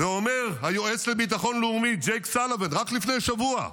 ואומר היועץ לביטחון לאומי ג'ק סאליבן רק לפני שבוע: